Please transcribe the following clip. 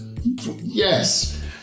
Yes